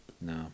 No